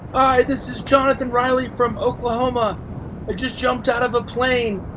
hi, this is jonathan riley from oklahoma. i just jumped out of a plane,